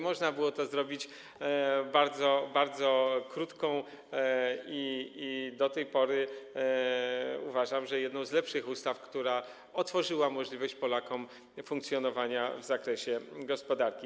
Można było to zrobić bardzo krótką i jak do tej pory, uważam, jedną z lepszych ustaw, która otworzyła możliwość Polakom funkcjonowania w zakresie gospodarki.